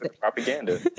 Propaganda